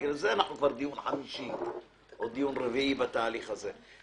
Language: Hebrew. בגלל זה אנחנו כבר בדיון החמישי או בדיון הרביעי בתהליך הזה.